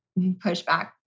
pushback